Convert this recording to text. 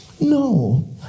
No